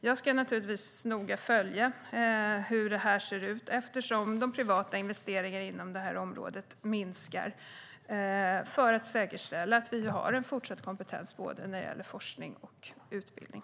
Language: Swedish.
Jag ska naturligtvis noga följa hur detta ser ut, eftersom de privata investeringarna inom detta område minskar, för att säkerställa att vi har en fortsatt kompetens när det gäller både forskning och utbildning.